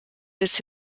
bis